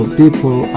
people